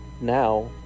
now